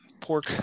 pork